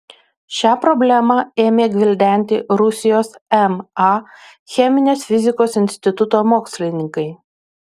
šią problemą ėmė gvildenti rusijos ma cheminės fizikos instituto mokslininkai